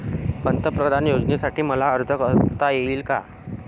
पंतप्रधान योजनेसाठी मला अर्ज करता येईल का?